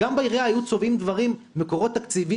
גם בעירייה היו צובעים מקורות תקציביים